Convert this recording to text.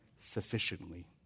sufficiently